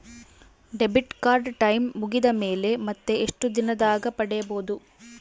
Debit card time ಮುಗಿದ ಮೇಲೆ ಮತ್ತೆ ಎಷ್ಟು ದಿನದಾಗ ಪಡೇಬೋದು?